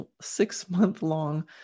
six-month-long